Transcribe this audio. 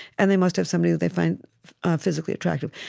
and they must have somebody that they find physically attractive.